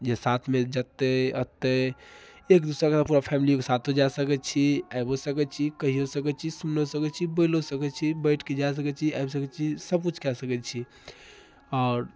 जे साथमे जतै अतै एक दोसर कऽ पूरा फैमिलीके साथो जा सकैत छी आबिओ सकैत छी कहियो सकैत छी सुनिओ सकैत छी बोलिओ सकैत छी बैठ कऽ जा सकैत छी आबि सकैत छी सब किछु कै सकैत छी आओर